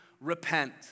repent